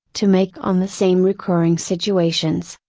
to make on the same recurring situations,